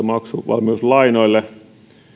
maksuvalmiuslainoille